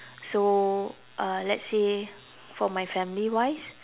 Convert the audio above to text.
so uh let's say for my family wise